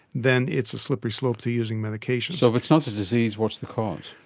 then it's a slippery slope to using medications. so if it's not the disease, what's the cause?